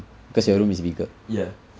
ya ya